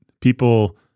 People